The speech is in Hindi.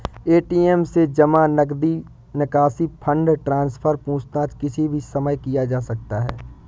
ए.टी.एम से जमा, नकद निकासी, फण्ड ट्रान्सफर, पूछताछ किसी भी समय किया जा सकता है